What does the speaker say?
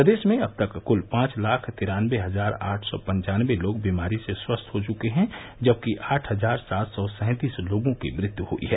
प्रदेश में अब तक क्ल पांच लाख तिरानबे हजार आठ सौ पंचानबे लोग बीमारी से स्वस्थ हो चुके हैं जबकि आठ हजार सात सौ सैंतीस लोगों की मृत्यु हुयी है